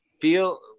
feel